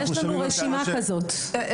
אני